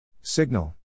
Signal